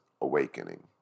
Awakening